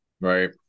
Right